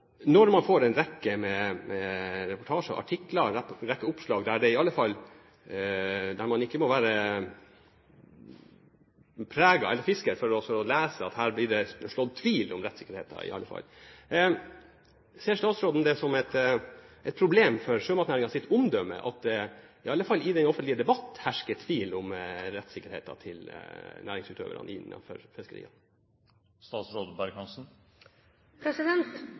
Når man får en rekke reportasjer, artikler, en rekke oppslag der man ikke må være fisker for å lese at her blir det i alle fall sådd tvil om rettssikkerheten, ser statsråden det som et problem for sjømatnæringens omdømme at det i alle fall i den offentlige debatt hersker tvil om rettssikkerheten til næringsutøverne innenfor fiskeriene?